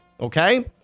okay